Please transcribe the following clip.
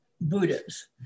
Buddhas